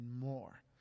more